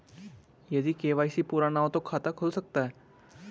यदि के.वाई.सी पूरी ना हो तो खाता खुल सकता है?